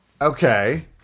Okay